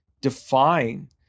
define